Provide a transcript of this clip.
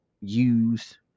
use